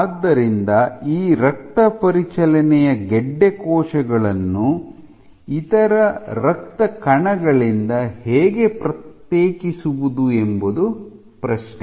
ಆದ್ದರಿಂದ ಈ ರಕ್ತಪರಿಚಲನೆಯ ಗೆಡ್ಡೆಯ ಕೋಶಗಳನ್ನು ಇತರ ರಕ್ತ ಕಣಗಳಿಂದ ಹೇಗೆ ಪ್ರತ್ಯೇಕಿಸುವುದು ಎಂಬುದು ಪ್ರಶ್ನೆ